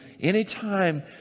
Anytime